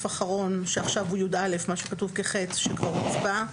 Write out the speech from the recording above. אחרון שעכשיו הוא (יא) מה שכתוב כ-(ח) שכבר הוצבע.